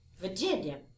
Virginia